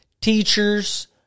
teachers